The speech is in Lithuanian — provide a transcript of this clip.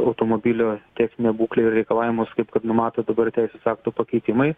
automobilio techninę būklę ir reikalavimus kaip kad numato dabar teisės aktų pakeitimai